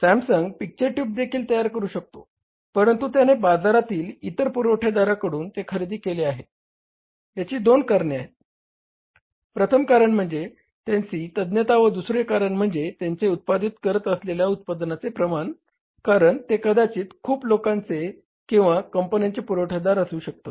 Samsung picture tube देखील तयार करु शकतो परंतु त्याने बाजारातील इतर पुरवठादाराकडून ते खरेदी केले याची दोन कारणे आहेत प्रथम कारण म्हणजे त्यांची तज्ञता व दुसरे कारण म्हणजे ते उत्पादित करत असलेल्या उत्पादनाचे प्रमाण कारण ते कदाचित खूप लोकांचे किंवा कंपन्यांचे पुरवठेदार असू शकतात